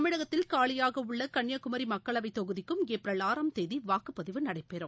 தமிழகத்தில் காலியாக உள்ள கன்னியாகுமரி மக்களவைத்தொகுதிக்கும் ஏப்ரல் ஆறாம் தேதி வாக்குப்பதிவு நடைபெறும்